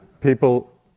People